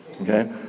Okay